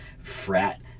frat